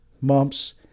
mumps